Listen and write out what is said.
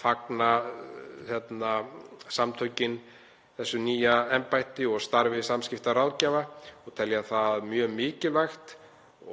fagna þau samtök þessu nýja embætti og starfi samskiptaráðgjafa og telja það mjög mikilvægt